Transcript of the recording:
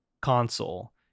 console